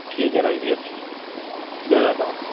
ٹھیک ہے دے دیتا ہوں